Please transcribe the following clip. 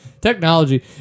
Technology